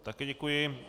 Taky děkuji.